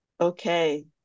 Okay